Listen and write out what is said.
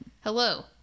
Hello